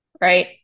right